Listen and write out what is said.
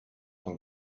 von